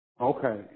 Okay